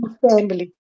family